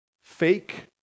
fake